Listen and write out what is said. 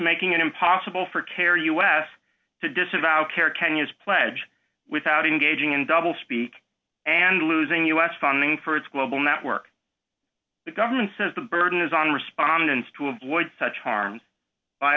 making it impossible for carry us to disavow care kenya's pledge without engaging in double speak and losing u s funding for its global network the government says the burden is on respondents to avoid such harms by